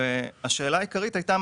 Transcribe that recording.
השאלה העיקרית הייתה,